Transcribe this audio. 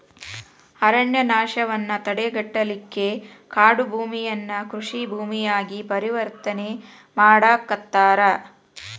ಅರಣ್ಯನಾಶವನ್ನ ತಡೆಗಟ್ಟಲಿಕ್ಕೆ ಕಾಡುಭೂಮಿಯನ್ನ ಕೃಷಿ ಭೂಮಿಯಾಗಿ ಪರಿವರ್ತನೆ ಮಾಡಾಕತ್ತಾರ